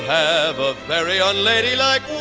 have a very unladylike